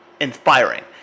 inspiring